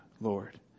Lord